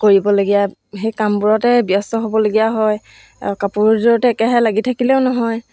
কৰিবলগীয়া সেই কামবোৰতে ব্যস্ত হ'বলগীয়া হয় কাপোৰযোৰতে একেৰাহে লাগি থাকিলেও নহয়